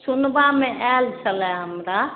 सुनबामे आएल छलै हमरा